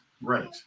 right